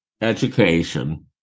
education